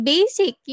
Basic